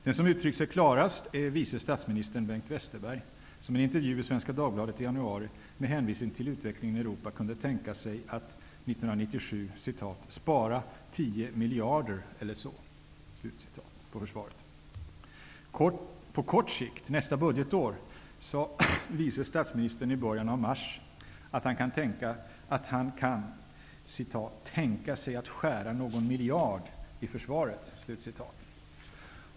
Den som har uttryckt sig klarast är vice statsminister Bengt Westerberg som i en intervju med Svenska Dagbladet i januari med hänvisning till utvecklingen i Europa kunde tänka sig att 1997 ''spara 10 miljarder eller så'' på försvaret. På kort sikt, nästa budgetår, sade vice statsministern i slutet av mars, att han kan ''tänka sig att skära någon miljard i försvaret''.